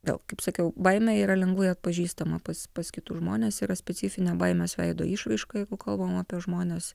gal kaip sakiau baimė yra lengvai atpažįstama pas pas kitus žmones yra specifinė baimės veido išraišką jeigu kalbam apie žmones